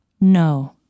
No